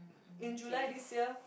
in July this year